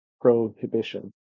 prohibition